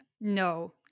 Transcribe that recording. No